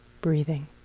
breathing